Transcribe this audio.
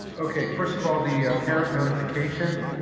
okay, first of all, the ah parent notification.